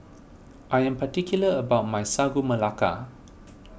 I am particular about my Sagu Melaka